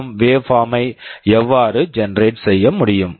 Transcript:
M PWM waveform waveform ஐ எவ்வாறு generate generate செய்ய முடியும்